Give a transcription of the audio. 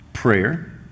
Prayer